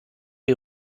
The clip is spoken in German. die